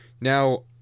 Now